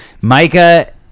micah